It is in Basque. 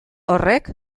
horrek